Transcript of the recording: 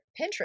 Pinterest